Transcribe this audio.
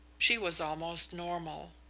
she was almost normal.